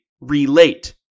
relate